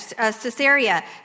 Caesarea